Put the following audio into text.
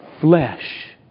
flesh